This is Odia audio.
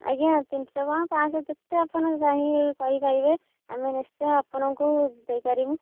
ଆଜ୍ଞା ତିନିଶହ କ'ଣ ପାଞ୍ଚଶହ ଯେତେ ଆପଣ ଚାହିଁବେ କହିପାରିବେ ଆମେ ନିଶ୍ଚୟ ଆପଣଙ୍କୁ ଦେଇପାରିବୁ